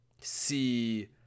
see